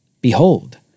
Behold